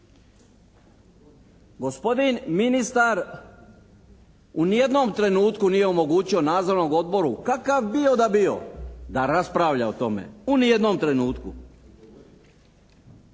Gospodin ministar u ni jednom trenutku nije omogućio nadzornom odboru kakav bio da bio da raspravlja o tome u ni jednom trenutku,